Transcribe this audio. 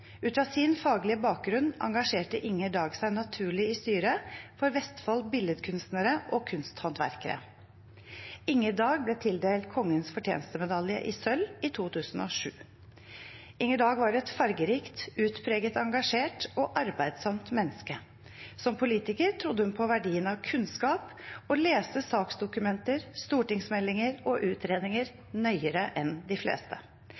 Ut fra sin faglige bakgrunn engasjerte Inger Dag seg naturlig i styret for Vestfold Billedkunstnere og Kunsthåndverkere. Inger Dag ble tildelt Kongens fortjenstmedalje i sølv i 2007. Inger Dag var et fargerikt, utpreget engasjert og arbeidsomt menneske. Som politiker trodde hun på verdien av kunnskap og leste saksdokumenter, stortingsmeldinger og utredninger nøyere enn de fleste.